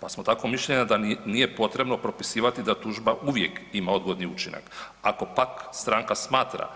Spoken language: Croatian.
Pa smo tako mišljenja da nije potrebno propisivati da tužba uvijek ima odgodni učinak, ako pak stranka smatra